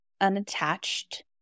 unattached